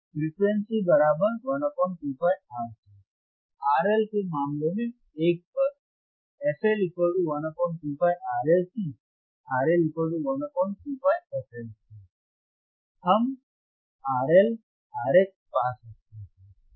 Frequency12πRC RL के मामले में 1 पर fL1 2πRLC RL12πfLC हम RL RH पा सकते हैं